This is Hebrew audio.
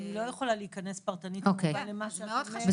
אני לא יכולה להיכנס פרטנית כמובן למה שאת אומרת.